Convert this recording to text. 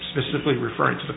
specifically referring to the